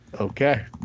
Okay